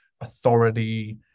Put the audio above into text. authority